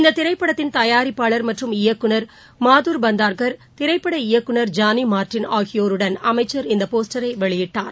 இந்ததிரைப்படத்தின் தயாரிப்பாளர் மற்றும் இயக்குநர் மாதுர் பந்தார்கர் திரைப்பட இயக்குநர் ஜானிமார்ட்டின் ஆகியோருடன் அமைச்சர் இந்த போஸ்டரைவெளியிட்டார்